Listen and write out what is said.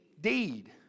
deed